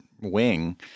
wing